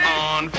on